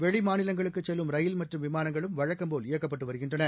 வெளி மாநிலங்களுக்குச் செல்லும் ரயில் மற்றும் விமானங்களும் வழக்கம்போல் இயக்கப்பட்டு வருகின்றன